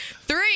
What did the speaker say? Three